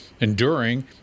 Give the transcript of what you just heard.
enduring